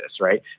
right